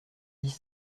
dix